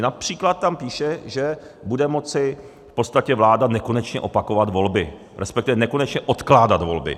Například tam píše, že bude moci v podstatě vláda nekonečně opakovat volby, resp. nekonečně odkládat volby.